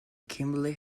kimberly